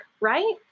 right